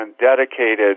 dedicated